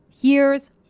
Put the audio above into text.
years